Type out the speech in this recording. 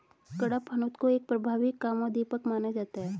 कडपहनुत को एक प्रभावी कामोद्दीपक माना जाता है